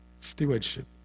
Stewardship